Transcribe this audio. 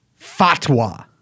fatwa